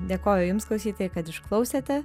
dėkoju jums klausytojai kad išklausėte